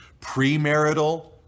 premarital